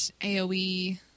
AoE